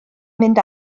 mynd